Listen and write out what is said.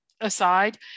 aside